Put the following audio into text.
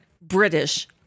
British